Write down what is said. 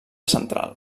central